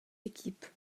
équipes